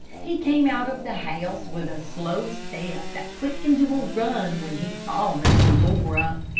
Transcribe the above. he came out of the house with a slow step, that quickened to a run when he saw miss laura.